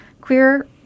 queer